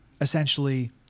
essentially